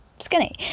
skinny